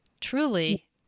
truly